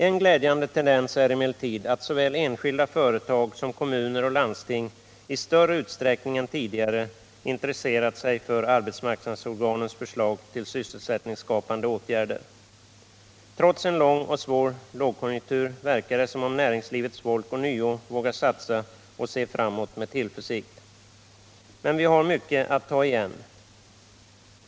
En glädjande tendens är emellertid att såväl enskilda företag som kommuner och landsting i större utsträckning än tidigare intresserat sig för arbetsmarknadsorganens förslag till sysselsättningsskapande åtgärder. Trots en lång och svår lågkonjunktur verkar det som om näringslivets folk ånyo vågar satsa och se framåt med tillförsikt. Men vi har mycket att ta igen.